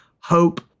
hope